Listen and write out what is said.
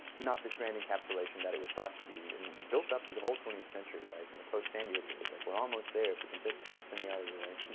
not this grand encapsulation that it was thought to be. and built up through the whole twentieth century, right? you know post sandy it was like we're almost there, if we can just take the semi-autos away.